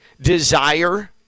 desire